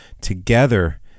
Together